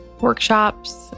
workshops